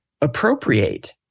appropriate